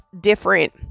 different